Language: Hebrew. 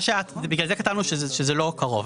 מה שאת בגלל זה כתבנו שזה לא קרוב,